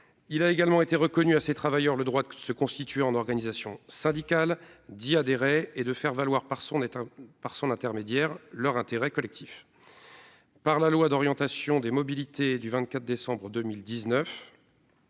Il a également été reconnu à ces travailleurs le droit de constituer en organisation syndicale, d'y adhérer et de faire valoir par son intermédiaire leur intérêt collectif. La loi d'orientation des mobilités du 24 décembre 2019